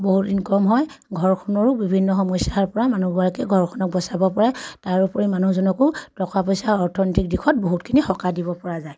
বহুত ইনকম হয় ঘৰখনৰো বিভিন্ন সমস্যাৰ পৰা মানুহগৰাকীয়ে ঘৰখনক বচাব পাৰে তাৰোপৰি মানুহজনকো টকা পইচা অৰ্থনৈতিক দিশত বহুতখিনি সকাহ দিব পৰা যায়